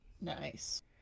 Nice